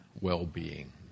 well-being